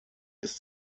ist